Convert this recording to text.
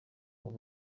ubu